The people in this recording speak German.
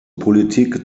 politik